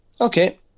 okay